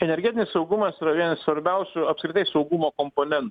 energetinis saugumas yra vienas svarbiausių apskritai saugumo komponen